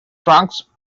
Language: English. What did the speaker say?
trunks